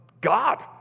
God